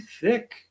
thick